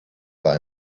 buy